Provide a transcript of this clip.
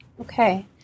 Okay